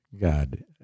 God